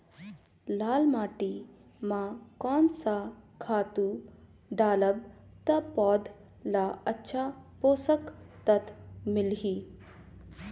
लाल माटी मां कोन सा खातु डालब ता पौध ला अच्छा पोषक तत्व मिलही?